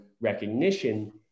recognition